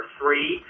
three